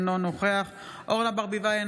אינו נוכח אורנה ברביבאי,